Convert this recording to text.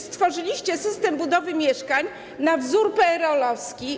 Stworzyliście system budowy mieszkań na wzór PRL-owski.